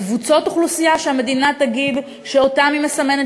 לקבוצות אוכלוסייה שהמדינה תגיד שאותן היא מסמנת,